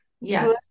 Yes